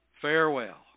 Farewell